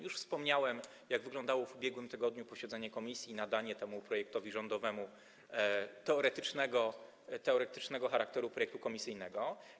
Już wspomniałem, jak wyglądało w ubiegłym tygodniu posiedzenie komisji i nadanie temu projektowi rządowemu teoretycznie charakteru projektu komisyjnego.